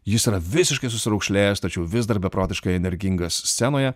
jis yra visiškai susiraukšlėjęs tačiau vis dar beprotiškai energingas scenoje